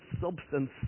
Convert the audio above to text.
substance